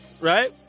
right